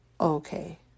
okay